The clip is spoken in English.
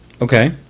Okay